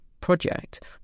project